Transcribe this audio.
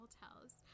hotels